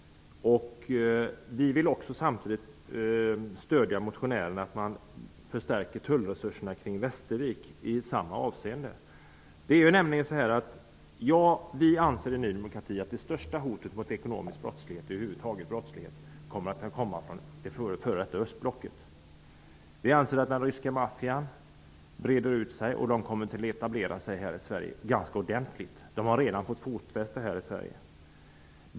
Vi vill också stödja motionärernas förslag om en förstärkning av tullstationen i Västervik i samma syfte. Vi i Ny demokrati menar att det största hotet från ekonomisk brottslighet och över huvud taget från brottsligheten kan komma från det f.d. östblocket. Vi anser att den ryska maffian breder ut sig och att den kommer att etablera sig ganska ordentligt här i Sverige. Den har redan fått fotfäste här.